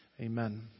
Amen